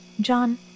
John